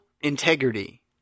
integrity